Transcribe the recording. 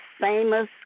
famous